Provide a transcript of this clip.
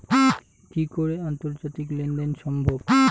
কি করে আন্তর্জাতিক লেনদেন করা সম্ভব?